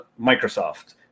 Microsoft